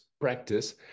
practice